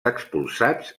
expulsats